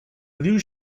liu